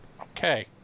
okay